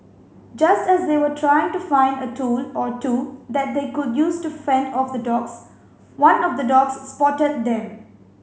just as they were trying to find a tool or two that they could use to fend off the dogs one of the dogs spotted them